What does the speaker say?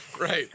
right